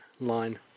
line